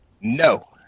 No